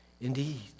Indeed